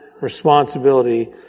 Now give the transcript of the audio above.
responsibility